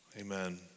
amen